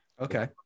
Okay